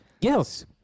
Yes